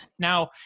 Now